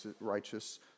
righteous